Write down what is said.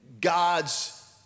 God's